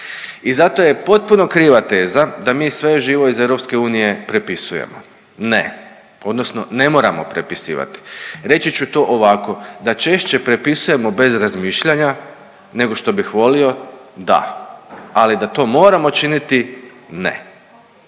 I zato je potpuno kriva teza da mi sve živo iz EU prepisujemo. Ne, odnosno ne moramo prepisivati. Reći ću to ovako da češće prepisujemo bez razmišljanja nego što bih volio da, ali da to moramo činiti ne.